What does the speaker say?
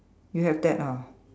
you have that ah